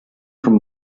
from